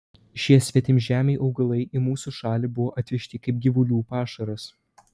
šie svetimžemiai augalai į mūsų šalį buvo atvežti kaip gyvulių pašaras